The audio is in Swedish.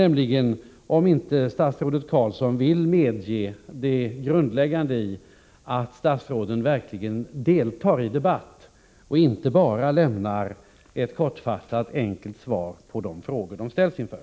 Jag undrar om inte statsrådet Carlsson vill medge att det är grundläggande att statsråden verkligen deltar i debatter och inte bara lämnar ett kortfattat och enkelt svar på de spörsmål som de ställs inför.